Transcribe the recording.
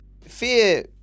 Fear